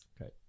Okay